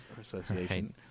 association